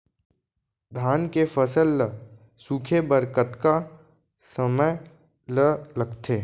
धान के फसल ल सूखे बर कतका समय ल लगथे?